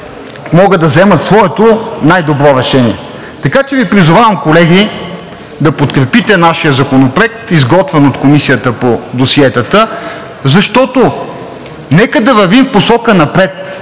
могат да вземат своето най-добро решение. Призовавам Ви, колеги, да подкрепите нашия законопроект, изготвен от Комисията по досиетата, защото нека да вървим в посока напред,